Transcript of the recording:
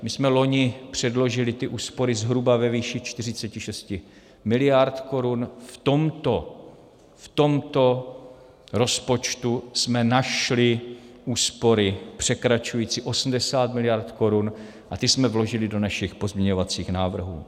My jsme loni předložili úspory zhruba ve výši 46 miliard korun, v tomto rozpočtu jsme našli úspory překračující 80 miliard korun a ty jsme vložili do svých pozměňovacích návrhů.